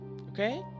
Okay